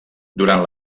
durant